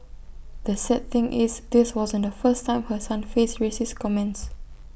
the sad thing is this wasn't the first time her son faced racist comments